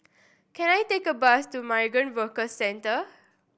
can I take a bus to Migrant Worker Centre